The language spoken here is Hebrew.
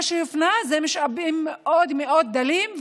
מה שהופנה זה משאבים מאוד מאוד דלים,